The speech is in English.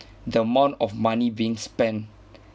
the amount of money being spent